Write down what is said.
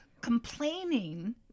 Complaining